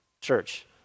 church